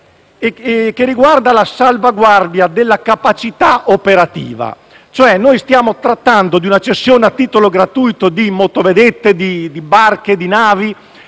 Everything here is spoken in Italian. che riguarda la salvaguardia della capacità operativa; stiamo cioè trattando di una cessione a titolo gratuito di motovedette, di barche e di navi